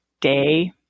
day